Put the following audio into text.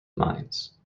mines